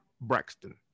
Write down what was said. Braxton